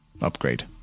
upgrade